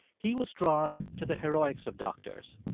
he was drawn to the heroics of doctors,